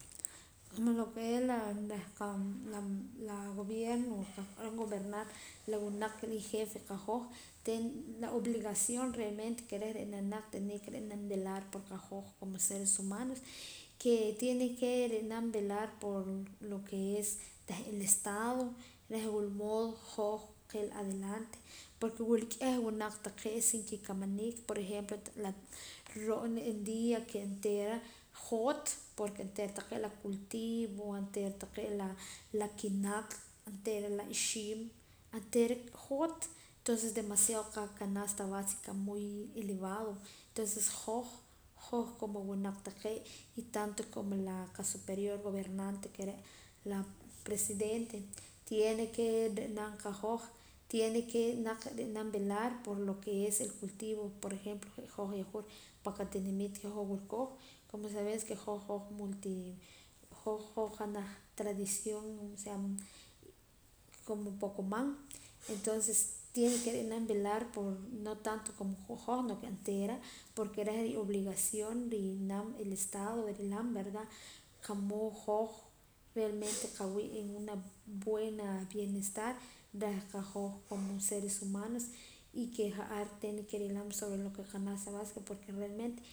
Como lo ke es la reh qa laa la gobierno qah rub'an gobernar la wunaq ke rijefe qahoj tene la obligación realmente ke reh ra'nam naq tinia que ra'nam velar por qahoj como seres humanos kee tiene ke ri'nam velar por lo ke es reh el estado reh wulmood hoj qila adelante porque wula k'eh wunaq taqee' sin kikamaniik por ejemplo ta la ta ro'na en día ke enteera joot porque onteera taqee' la cultivos anteera taqee' la la kinaq' anteera la ixiim anteera joot tonces demasiado qacanasta básica muy elevado tonces hoj hoj como wunaq taqee' y tanto como la superior gobernante ke re' la presidente tiene kee ri'nam qahoj tiene ke naq ri'nam velar por lo ke es el cultivo por ejemplo je' hoj yahwur pan qatinimiit ke hoj wilkooj como sabes ke hoj hoj multi hoj hoj janaj tradición osea como poqomam entonces tiene ke ri'nam velar no tanto como qu'hoj no ke anteera porque reh riobligación ri'nam el estado rilam verdad qa'mood hoj realmente qawii' en una buena bienestar reh qahoj como seres humanos y ke ja'ar tiene ke rilam sobre lo ke janaj se basa porque realmente